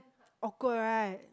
awkward right